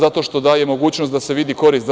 Zato što daje mogućnost da se vidi korist za